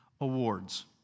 Awards